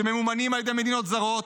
שממומנים על ידי מדינות זרות,